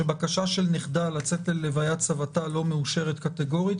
שבקשה של נכדה לצאת להלוויית סבתה לא מאושרת קטגורית,